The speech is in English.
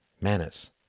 Manners